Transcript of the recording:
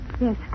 Yes